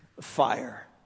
fire